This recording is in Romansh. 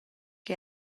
che